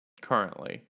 currently